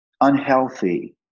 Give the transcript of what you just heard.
unhealthy